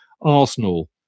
Arsenal